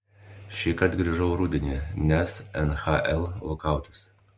šįkart grįžau rudenį nes nhl lokautas